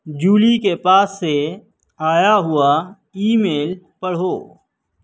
جولی کے پاس سے آیا ہوا ای میل پڑھو